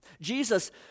Jesus